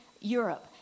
Europe